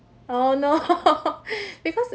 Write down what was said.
oh no because